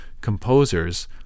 composers